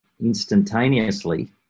instantaneously